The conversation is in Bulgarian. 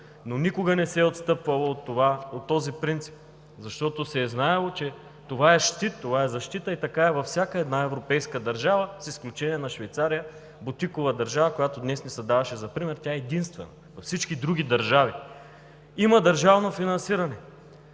но никога не се е отстъпвало от този принцип, защото се е знаело, че това е щит, това е защита и е така във всяка една европейска държава с изключение на Швейцария – бутикова държава, която днес ни се даваше за пример, тя е единствената. Във всички други държави има държавно финансиране